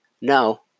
no